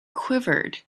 quivered